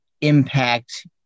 impact